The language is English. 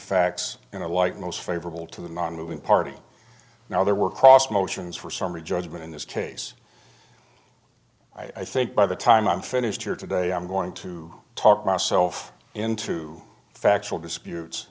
facts in the light most favorable to the nonmoving party now there were cross motions for summary judgment in this case i think by the time i'm finished here today i'm going to talk myself into factual dispute